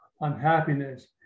unhappiness